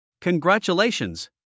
Congratulations